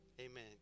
Amen